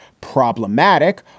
problematic